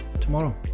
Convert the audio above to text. tomorrow